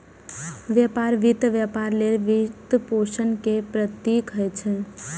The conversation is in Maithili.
व्यापार वित्त व्यापार लेल वित्तपोषण के प्रतीक होइ छै